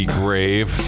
grave